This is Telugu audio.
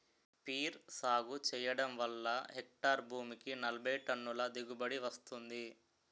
పీర్ సాగు చెయ్యడం వల్ల హెక్టారు భూమికి నలబైటన్నుల దిగుబడీ వస్తుంది